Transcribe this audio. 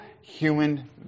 human